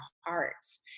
hearts